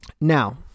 Now